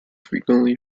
frequently